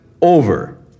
over